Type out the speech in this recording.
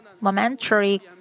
momentary